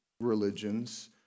religions